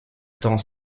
tant